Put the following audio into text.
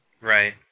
Right